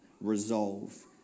resolve